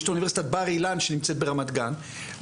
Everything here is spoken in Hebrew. יש את אוניברסיטת בר אילן שנמצאת ברמת גן,